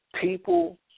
people